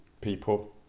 people